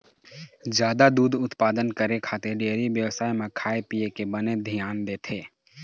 जादा दूद उत्पादन करे खातिर डेयरी बेवसाय म खाए पिए के बने धियान देथे